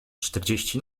czterdzieści